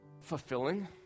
fulfilling